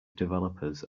developers